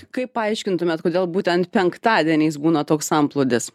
kaip paaiškintumėt kodėl būtent penktadieniais būna toks antplūdis